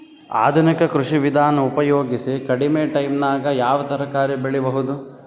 ಆಧುನಿಕ ಕೃಷಿ ವಿಧಾನ ಉಪಯೋಗಿಸಿ ಕಡಿಮ ಟೈಮನಾಗ ಯಾವ ತರಕಾರಿ ಬೆಳಿಬಹುದು?